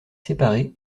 séparé